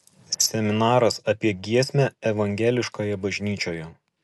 seminaras apie giesmę evangeliškoje bažnyčioje